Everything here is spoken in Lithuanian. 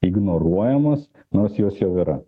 ignoruojamos nors jos jau yra